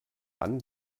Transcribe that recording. dann